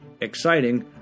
exciting